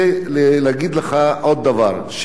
למצב של חוסר תזונה,